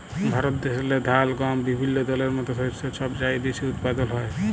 ভারত দ্যাশেল্লে ধাল, গহম বিভিল্য দলের মত শস্য ছব চাঁয়ে বেশি উৎপাদল হ্যয়